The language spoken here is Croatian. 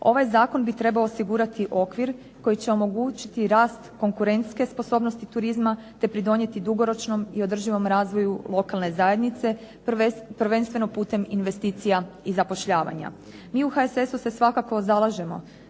Ovaj zakon bi trebao osigurati okvir koji će omogućiti rast konkurentske sposobnosti turizma te pridonijeti dugoročnom i održivom razvoju lokalne zajednice prvenstveno putem investicija i zapošljavanja. Mi u HSS-u se svakako zalažemo